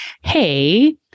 hey